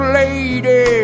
lady